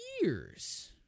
years